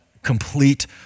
Complete